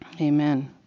Amen